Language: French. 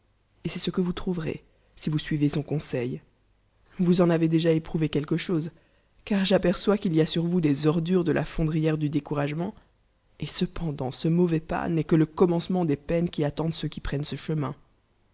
et c'est ce que vous trou oeil jon verez si vous suivez son conseil cô p r vous en avez déjà éprouvê quelque chose car j'aperçois qu'il y a sur vous des ordures de la fondrière du üécouragement et cependant ce mauvais pas n'est que le commencement des peines qui attendent c ux qui preunellt ce chemiu